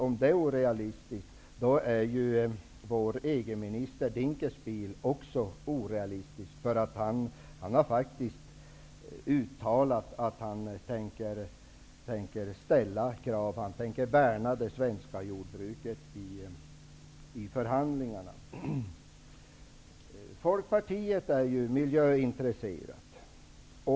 Om det är orealistiskt är ju vår EG minister Dinkelspiel också orealistisk. Han har faktiskt uttalat att han tänker ställa krav och värna det svenska jordbruket i förhandlingarna. Folkpartiet är ju miljöintresserat.